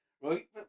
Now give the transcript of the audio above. right